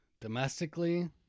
domestically